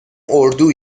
اردو